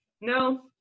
no